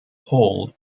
hole